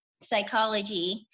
psychology